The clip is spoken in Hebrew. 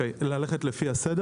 מרכז השלטון